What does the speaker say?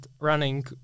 running